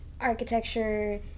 architecture